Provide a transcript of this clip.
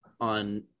on